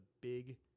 big